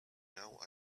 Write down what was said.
now